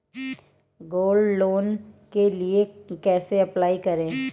Gold loan के लिए कैसे अप्लाई करें?